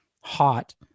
hot